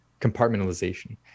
compartmentalization